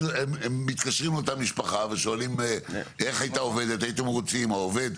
מתקשרים לאותה משפחה ושואלים איך הייתה העובדת או העובד,